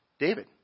David